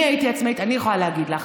אני הייתי עצמאית, אני יכולה להגיד לך,